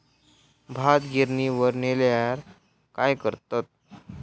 भात गिर्निवर नेल्यार काय करतत?